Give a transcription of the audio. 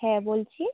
হ্যাঁ বলছি